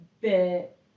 bit